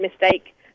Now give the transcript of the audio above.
mistake